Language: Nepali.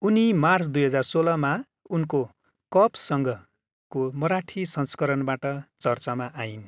उनी मार्च दुई हजार सोह्रमा उनको कपसँगको मराठी संस्करणबाट चर्चामा आइन्